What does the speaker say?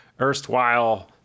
erstwhile